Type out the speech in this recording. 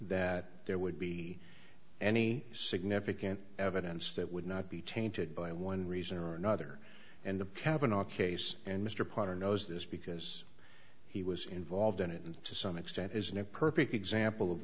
that there would be any significant evidence that would not be tainted by one reason or another and the cavanaugh case and mr potter knows this because he was involved in it and to some extent isn't a perfect example of